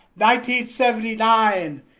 1979